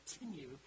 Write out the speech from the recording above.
continue